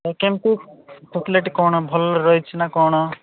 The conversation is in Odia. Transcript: କେମିତି ଚୋକ୍ଲେଟ୍ କ'ଣ ଭଲ ରହିଛିି ନା କ'ଣ